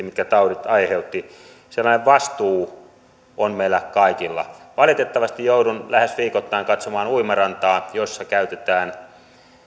mitkä taudit aiheuttivat sellainen vastuu on meillä kaikilla valitettavasti joudun lähes viikoittain katsomaan uimarantaa jossa käytetään